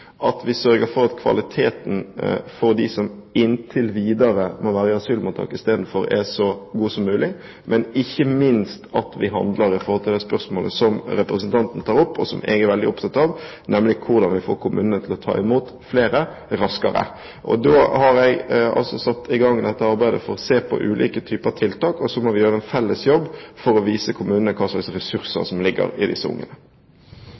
at vi sørger for at kvaliteten for dem som inntil videre isteden må være i asylmottak, er så god som mulig, og ikke minst at vi handler med tanke på det spørsmålet som representanten tar opp, og som jeg er veldig opptatt av, nemlig hvordan vi får kommunene til å ta imot flere, raskere. Da har jeg altså satt i gang et arbeid for å se på ulike typer tiltak, og så må vi gjøre en felles jobb for å vise kommunene hva slags ressurser som ligger i disse